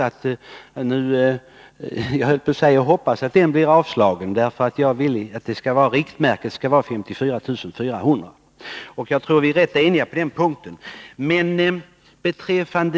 Jag hoppas att den reservationen blir avslagen, eftersom jag vill att riktmärket skall vara 54 400 hektar. Jag tror också att det råder ganska stor enighet på den punkten.